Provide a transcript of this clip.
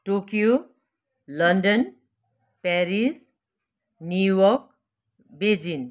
Tokyo London Paris New York Beijing